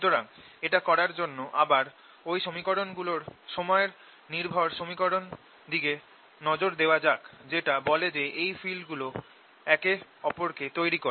সুতরাং এটা করার জন্য আবার ওই সমীকরণ গুলোর সময় নির্ভর সমীকরণ দিকে নজর দেওয়া যাক যেটা বলে যে এই ফিল্ড গুলো একে ওপর কে তৈরি করে